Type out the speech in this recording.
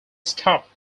stopped